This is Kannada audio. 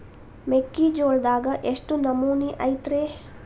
ಮೆಕ್ಕಿಜೋಳದಾಗ ಎಷ್ಟು ನಮೂನಿ ಐತ್ರೇ?